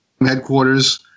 headquarters